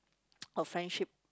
or friendship